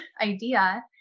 idea